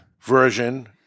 version